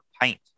pint